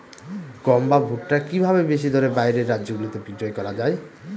গম বা ভুট্ট কি ভাবে বেশি দরে বাইরের রাজ্যগুলিতে বিক্রয় করা য়ায়?